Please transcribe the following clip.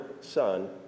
Son